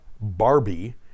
Barbie